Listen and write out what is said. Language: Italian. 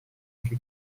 anche